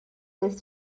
this